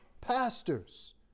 pastors